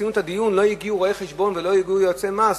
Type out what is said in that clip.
כשעשינו את הדיון לא הגיעו רואי-חשבון ולא הגיעו יועצי מס,